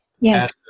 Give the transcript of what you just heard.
Yes